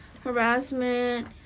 harassment